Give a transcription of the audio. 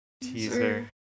teaser